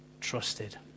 trusted